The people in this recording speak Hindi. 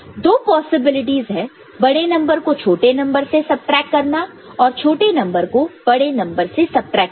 दो पॉसिबिलिटीस है बड़े नंबर को छोटे नंबर से सबट्रैक्ट करना और छोटे नंबर को बड़े नंबर से सबट्रैक्ट करना